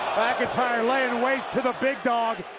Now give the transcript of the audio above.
mcintyre laying waste to the big dog.